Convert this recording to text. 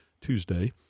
Tuesday